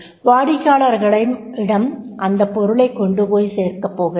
வாடிக்கையாளரிடம் அந்த பொருளைக் கொண்டுபோய் சேர்க்கப்போகிறார்கள்